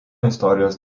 istorijos